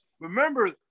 Remember